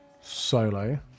solo